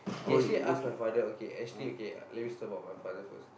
he actually ask my father okay actually okay let me talk about my father first